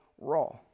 raw